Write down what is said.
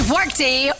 Workday